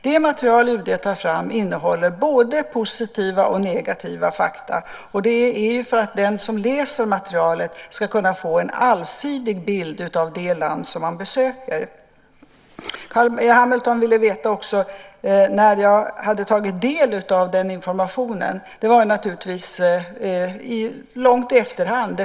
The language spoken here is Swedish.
Det material som UD tar fram innehåller både positiva och negativa fakta just för att den som läser materialet ska kunna få en allsidig bild av det land som man besöker. Carl B Hamilton ville också veta när jag hade tagit del av den informationen. Det var naturligtvis långt i efterhand.